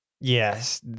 Yes